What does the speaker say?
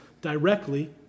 directly